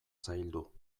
zaildu